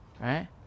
Right